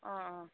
অঁ অঁ